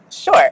Sure